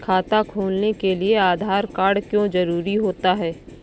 खाता खोलने के लिए आधार कार्ड क्यो जरूरी होता है?